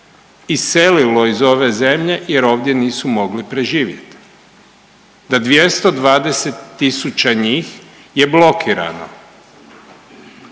iselilo iz ove zemlje jer ovdje nisu mogli preživjeti. Da 220 tisuća njih je blokirano.